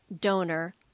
donor